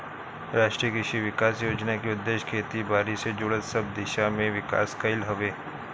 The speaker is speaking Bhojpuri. राष्ट्रीय कृषि विकास योजना के उद्देश्य खेती बारी से जुड़ल सब दिशा में विकास कईल हवे